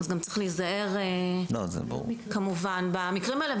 אז גם צריך להיזהר כמובן במקרים האלה.